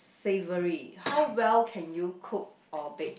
savoury how well can you cook or bake